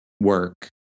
work